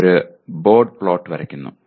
ഒരു Bode plot വരയ്ക്കുന്നു